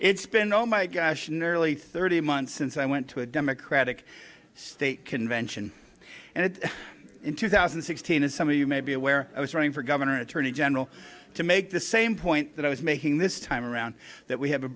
it's been oh my gosh nearly thirty months since i went to a democratic state convention and it's in two thousand and sixteen and some of you may be aware i was running for governor attorney general to make the same point that i was making this time around that we have a